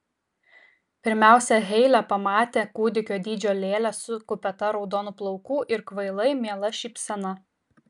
pirmiausia heile pamatė kūdikio dydžio lėlę su kupeta raudonų plaukų ir kvailai miela šypsena